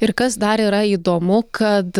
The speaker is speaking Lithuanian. ir kas dar yra įdomu kad